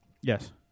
Yes